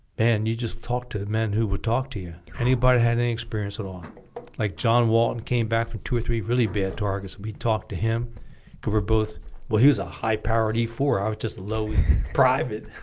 man you just talked to the men who would talk to you anybody had any experience at all like john walton came back from two or three really bad targets we talked to him because we're both well he was a high powered e four i was just low private